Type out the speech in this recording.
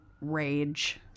rage